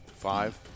Five